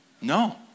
no